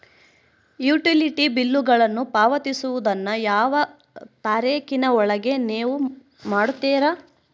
Utility ಬಿಲ್ಲುಗಳನ್ನು ಪಾವತಿಸುವದನ್ನು ಯಾವ ತಾರೇಖಿನ ಒಳಗೆ ನೇವು ಮಾಡುತ್ತೇರಾ?